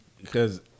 because-